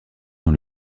dans